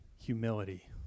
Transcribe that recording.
humility